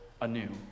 anew